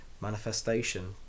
manifestation